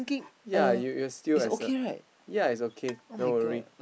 ya you you you're still as a ya it's okay no worry